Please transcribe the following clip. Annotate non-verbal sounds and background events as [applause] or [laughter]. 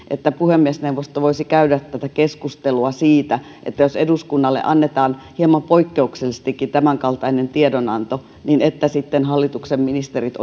että puhemiesneuvosto voisi käydä tätä keskustelua siitä että jos eduskunnalle annetaan hieman poikkeuksellisestikin tämänkaltainen tiedonanto niin sitten hallituksen ministerit [unintelligible]